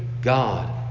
God